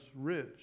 rich